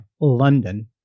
London